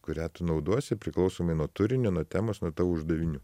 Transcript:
kurią tu naudosi priklausomai nuo turinio nuo temos nuo uždavinių